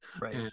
Right